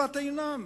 בבת-עינם.